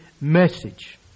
message